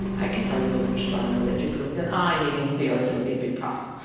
i can tell you, as an astronomer, that jupyter with an i meeting the earth would be a big problem.